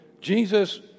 Jesus